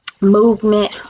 Movement